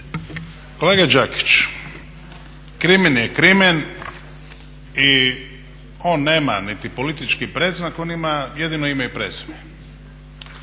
Kolega Đakić, krimen je krimen i on nema niti politički predznak on ima jedino ime i prezime.